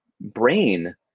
brain